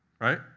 right